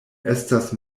estas